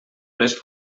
les